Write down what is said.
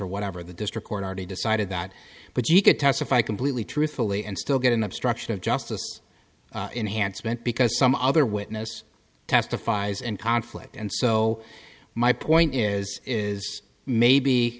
or whatever the district court already decided that but you could testify completely truthfully and still get an obstruction of justice in hand spent because some other witness testifies and conflict and so my point is is maybe